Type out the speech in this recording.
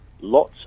lots